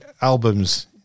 albums